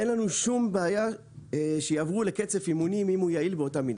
אין לנו שום בעיה שיעברו לקצף אימונים אם הוא יעיל באותה מידה.